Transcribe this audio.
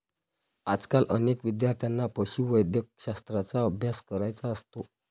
आजकाल अनेक विद्यार्थ्यांना पशुवैद्यकशास्त्राचा अभ्यास करायचा असतो